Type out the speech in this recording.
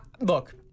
look